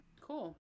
cool